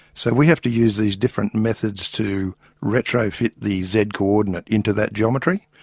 so we have to use these different methods to retrofit the z coordinate into that geometry,